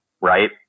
right